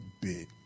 bit